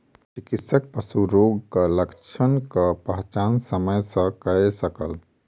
चिकित्सक पशु रोगक लक्षणक पहचान समय सॅ कय सकल